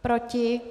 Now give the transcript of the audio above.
Proti?